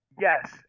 Yes